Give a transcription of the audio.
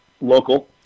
local